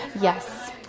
yes